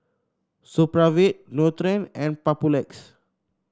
Supravit Nutren and Papulex